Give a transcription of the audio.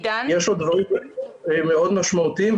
יש לו דברים מאוד משמעותיים.